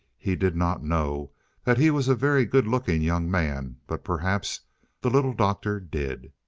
he did not know that he was a very good-looking young man, but perhaps the little doctor did.